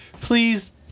Please